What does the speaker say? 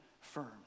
firm